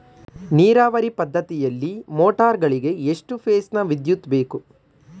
ನೀರಾವರಿ ಪದ್ಧತಿಯಲ್ಲಿ ಮೋಟಾರ್ ಗಳಿಗೆ ಎಷ್ಟು ಫೇಸ್ ನ ವಿದ್ಯುತ್ ಬೇಕು?